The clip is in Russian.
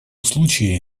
случае